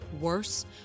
Worse